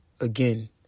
again